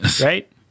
right